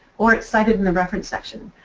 or it's cited in the reference section,